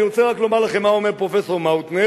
אני רוצה רק לומר לכם מה אומר פרופסור מאוטנר,